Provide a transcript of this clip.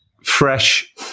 fresh